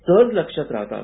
सहज लक्षात राहतात